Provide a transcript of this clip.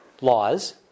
laws